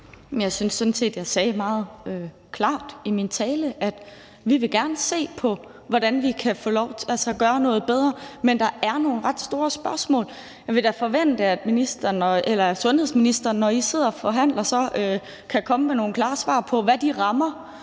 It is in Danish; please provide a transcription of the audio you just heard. Jeg synes sådan set, at jeg sagde meget klart i min tale, at vi gerne vil se på, hvordan vi kan gøre noget på en bedre måde, men der er nogle ret store spørgsmål. Jeg forventer da, at sundhedsministeren, når I sidder og forhandler, så kan komme med nogle klare svar, hvad angår de rammer,